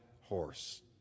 horse